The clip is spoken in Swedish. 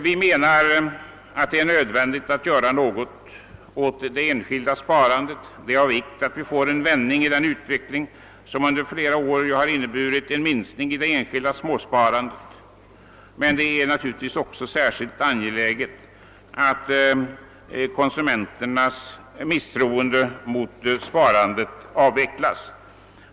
Vi menar att det är nödvändigt att göra något åt det enskilda sparandet. Det är av vikt att åstadkomma en vändning i den utveckling, som under flera år inneburit en kraftig minskning i det enskilda småsparandet. Men det är naturligtvis särskilt angeläget att konsumenternas misstroende mot sparandet avvecklas.